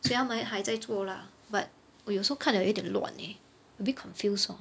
所以他们还在做 lah but 我有时候看了有一点乱 leh a bit confused lor